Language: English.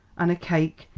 an' a cake,